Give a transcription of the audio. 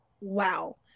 wow